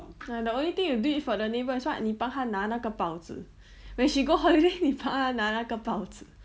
the only thing you did for the neighbour is what 你帮他拿那个报纸 when she go holiday 你帮他拿那个报纸